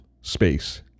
space